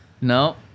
no